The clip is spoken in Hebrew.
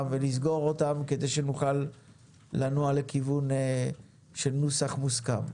ולסגור אותם כדי שנוכל לנוע לכיוון של נוסח מוסכם.